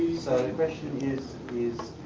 so, the question is, is.